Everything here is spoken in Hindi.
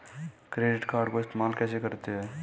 क्रेडिट कार्ड को इस्तेमाल कैसे करते हैं?